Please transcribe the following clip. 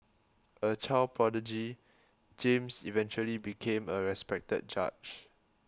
a child prodigy James eventually became a respected judge